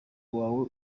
wawe